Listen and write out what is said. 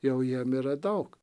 jau jiem yra daug